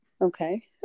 Okay